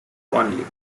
only